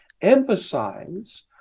emphasize